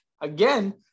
again